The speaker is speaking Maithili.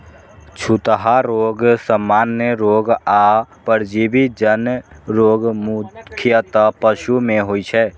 छूतहा रोग, सामान्य रोग आ परजीवी जन्य रोग मुख्यतः पशु मे होइ छै